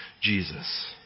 Jesus